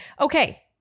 okay